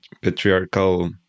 patriarchal